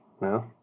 No